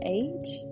age